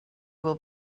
will